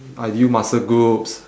ideal muscle groups